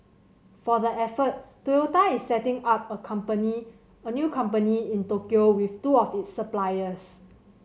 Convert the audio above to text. for the effort Toyota is setting up a company a new company in Tokyo with two of its suppliers